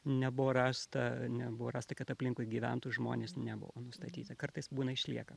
nebuvo rasta nebuvo rasta kad aplinkui gyventų žmonės nebuvo nustatyta kartais būna išlieka